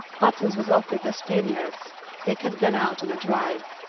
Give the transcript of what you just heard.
buttons was off with the spaniards dick had gone out on a drive.